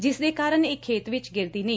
ਜਿਸ ਦੇ ਕਾਰਨ ਇਹ ਖੇਤ ਵਿਚ ਗਿਰਦੀ ਨਹੀਂ